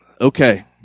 Okay